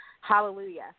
hallelujah